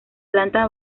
planta